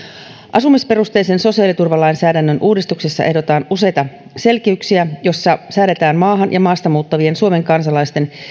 asumisperusteisen sosiaaliturvalainsäädännön uudistuksessa ehdotetaan useita selkeytyksiä joissa säädetään maahan ja maasta muuttavien suomen kansalaisten